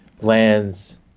lands